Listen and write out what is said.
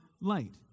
light